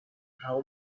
how